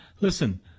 Listen